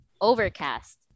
Overcast